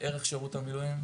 ערך שירות המילואים,